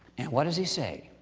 and what does he say?